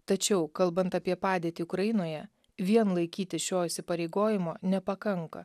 tačiau kalbant apie padėtį ukrainoje vien laikytis šio įsipareigojimo nepakanka